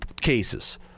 cases